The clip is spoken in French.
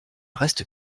reste